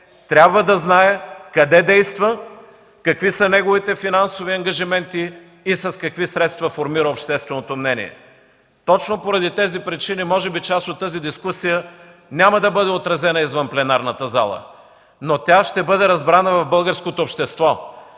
трябва да знае къде действа, какви са неговите финансови ангажименти и с какви средства формира общественото мнение. Точно поради тези причини може би част от тази дискусия няма да бъде отразена извън пленарната зала, но ще бъде разбрана от българското общество.